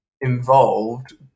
involved